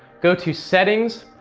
go to settings,